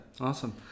Awesome